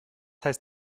heißt